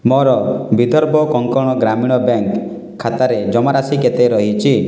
ମୋର ବିଦର୍ଭ କୋଙ୍କଣ ଗ୍ରାମୀଣ ବ୍ୟାଙ୍କ୍ ଖାତାରେ ଜମାରାଶି କେତେ ରହିଛି